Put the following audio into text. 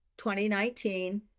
2019